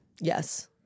Yes